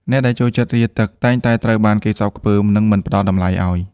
អ្នកដែលចូលចិត្តរាទឹក តែងតែត្រូវបានគេស្អប់ខ្ពើម និងមិនផ្ដល់តម្លៃឱ្យ។